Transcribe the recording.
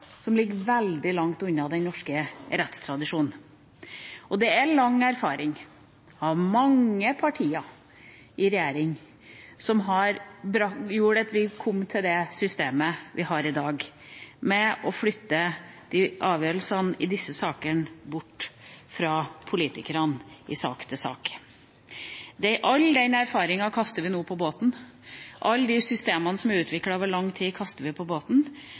som ligger veldig langt unna den norske rettstradisjonen. Det er lang erfaring fra mange partier i regjering som har gjort at vi har kommet fram til det systemet vi har i dag, med å flytte avgjørelsene i disse sakene bort fra politikerne. All denne erfaring kaster vi nå på båten – alle de systemene som er utviklet over lang tid, kaster vi på båten.